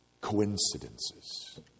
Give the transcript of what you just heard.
coincidences